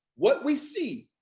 what we see,